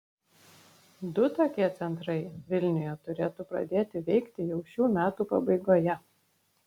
du tokie centrai vilniuje turėtų pradėti veikti jau šių metų pabaigoje